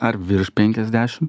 ar virš penkiasdešim